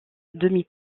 demi